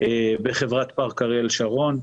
בחברת פארק אריאל שרון.